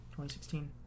2016